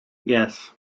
yes